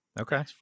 Okay